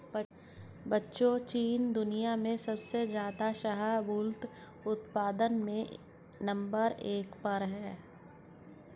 बच्चों चीन दुनिया में सबसे ज्यादा शाहबूलत उत्पादन में नंबर एक पर है